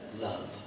Love